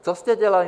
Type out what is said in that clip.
Co jste dělali?